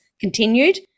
continued